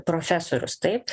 profesorius taip